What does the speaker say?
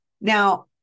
Now